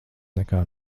nekā